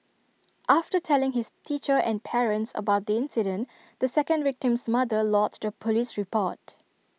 after telling his teacher and parents about the incident the second victim's mother lodged A Police report